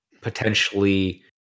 potentially